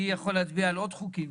אני יכול להצביע על עוד חוקים,